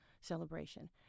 celebration